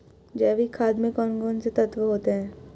जैविक खाद में कौन कौन से तत्व होते हैं?